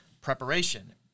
preparation